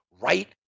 right